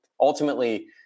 ultimately